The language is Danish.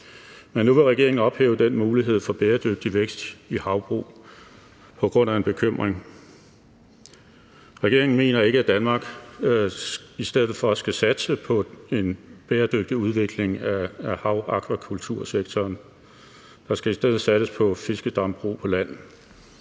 Men nu vil regeringen ophæve den mulighed for bæredygtig vækst i havbrug på grund af en bekymring. Regeringen mener ikke, at Danmark i stedet for skal satse på en bæredygtig udvikling af havakvakultursektoren; der skal i stedet satses på fiskedambrug på land.